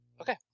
Okay